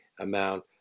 amount